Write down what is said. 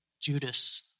Judas